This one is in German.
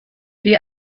die